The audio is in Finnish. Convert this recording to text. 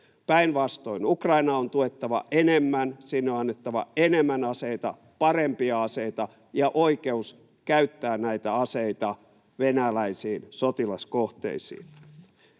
Päinvastoin, Ukrainaa on tuettava enemmän, sinne on annettava enemmän aseita, parempia aseita ja oikeus käyttää näitä aseita venäläisiin sotilaskohteisiin.